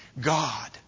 God